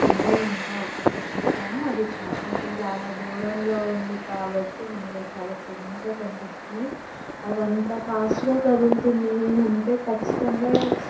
ఉంటాయి అంటా ఒక్కొక్క చుక్క ఆకాశం చాల దూరంలో ఉంది కాబట్టి మనకి అవి చాలా చిన్నగా కనిపిస్తున్నాయి అవి అంత ఫాస్ట్గా కదులుతున్నాయి అంటే ఖచ్చితంగా